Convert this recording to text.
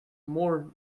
more